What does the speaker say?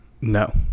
No